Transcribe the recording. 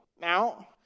Now